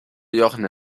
jochen